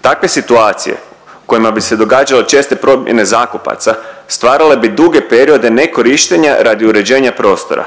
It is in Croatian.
Takve situacije u kojima bi se događale česte promjene zakupaca stvarale bi duge periode nekorištenja radi uređenja prostora,